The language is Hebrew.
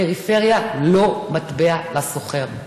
הפריפריה היא לא מטבע עובר לסוחר,